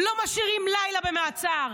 לא משאירים לילה במעצר.